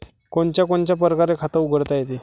कोनच्या कोनच्या परकारं खात उघडता येते?